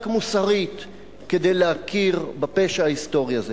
מוסרית כדי להכיר בפשע ההיסטורי הזה.